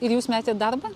ir jūs metėt į darbą